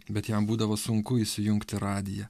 bet jam būdavo sunku įsijungti radiją